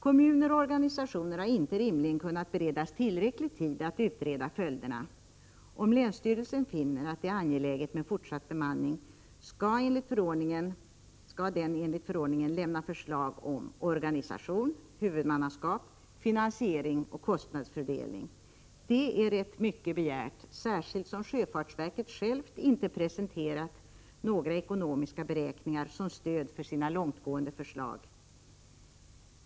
Kommuner och organisationer har inte kunnat beredas tillräcklig tid att utreda följderna. Om länsstyrelsen finner att det är angeläget med fortsatt bemanning skall den enligt förordningen lämna förslag angående organisation, huvudmannaskap, finansiering och kostnadsfördelning. Det är rätt mycket begärt, särskilt som sjöfartsverket självt inte presenterat några ekonomiska beräkningar som stöd för sina långtgående förslag.